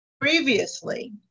Previously